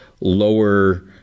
lower